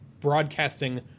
broadcasting